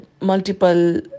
multiple